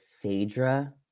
Phaedra